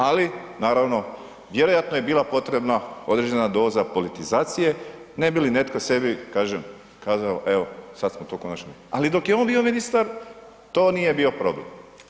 Ali, naravno, vjerojatno je bila potrebna određena doza politizacije ne bi li netko sebi, kažem, kazao evo, sad smo to konačno, ali dok je on bio ministar, to nije bio problem.